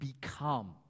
become